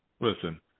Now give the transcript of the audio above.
listen